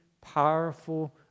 powerful